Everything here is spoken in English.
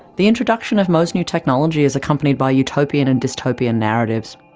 the introduction of most new technology is accompanied by utopian and dystopian narratives.